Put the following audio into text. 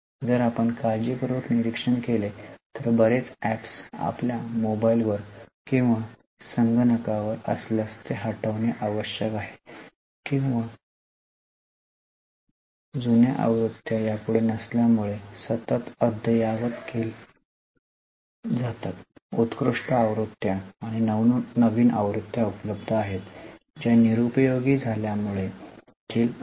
जर आपण काळजीपूर्वक निरीक्षण केले तर बरेच अॅप्स आपल्या मोबाइलवर किंवा संगणकावर असल्यास ते हटविणे आवश्यक आहे किंवा जुन्या आवृत्त्या यापुढे नसल्यामुळे सतत अद्ययावत केल्या जातात उत्कृष्ट आवृत्त्या आणि नवीन आवृत्त्या उपलब्ध आहेत ज्या निरुपयोगी झाल्यामुळे देखील आहेत